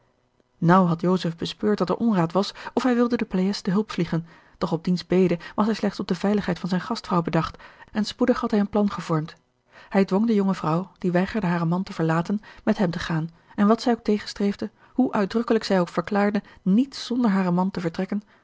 naauw had joseph bespeurd dat er onraad was of hij wilde de pleyes te hulp vliegen doch op diens bede was hij slechts op de veiligheid van zijne gastvrouw bedacht en spoedig had hij een plan gevormd hij dwong de jonge vrouw die weigerde haren man te verlaten met hem te gaan en wat zij ook tegenstreefde hoe uitdrukkelijk zij ook verklaarde niet zonder haren man te vertrekken